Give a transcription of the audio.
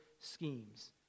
schemes